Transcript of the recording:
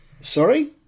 Sorry